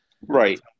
Right